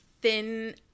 thin